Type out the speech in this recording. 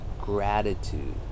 gratitude